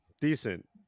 Decent